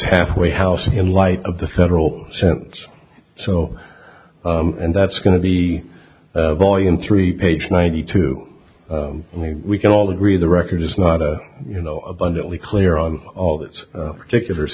halfway house in light of the federal sentence so and that's going to be volume three page ninety two i mean we can all agree the record is not you know abundantly clear on all this particular